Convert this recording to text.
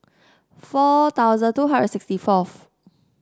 four thousand two hundred sixty fourth